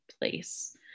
place